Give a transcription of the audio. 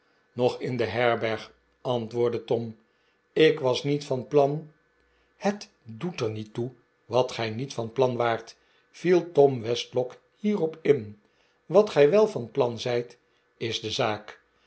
nog in de herberg antwoordde tom ik was niet van plan het doet er niet toe wat gij niet van plan waart viel john westlock hierop in wat gij wel van plan zijt is de zaak